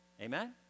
Amen